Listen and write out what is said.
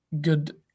good